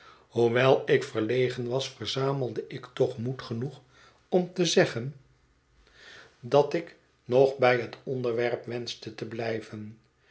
hoewel ik verlegen was verzamelde ik toch moed genoeg om te zeggen dat ik nog bij het onderwerp wenschte te blijven